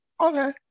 okay